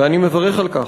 ואני מברך על כך.